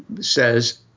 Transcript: says